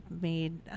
made